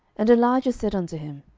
and elijah said unto him,